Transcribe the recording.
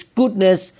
goodness